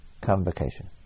convocation